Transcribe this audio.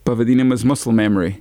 pavadinimas musl memori